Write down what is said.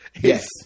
Yes